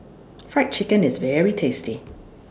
Fried Chicken IS very tasty